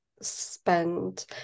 spend